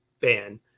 ban